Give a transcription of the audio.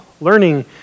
learning